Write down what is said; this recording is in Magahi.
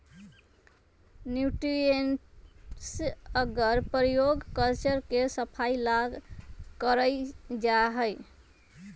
न्यूट्रिएंट्स अगर के प्रयोग कल्चर के सफाई ला कइल जाहई